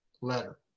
letter